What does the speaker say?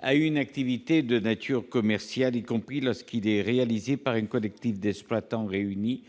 à une activité de nature commerciale, y compris lorsqu'il est réalisé par un collectif d'exploitants réunis